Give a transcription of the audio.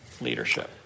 leadership